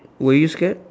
where you scared